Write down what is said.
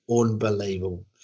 unbelievable